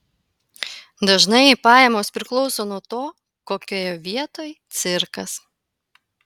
dažnai pajamos priklauso nuo to kokioje vietoj cirkas